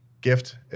gift